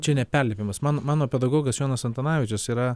čia ne perlipimas man mano pedagogas jonas antanavičius yra